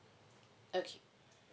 okay